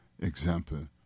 example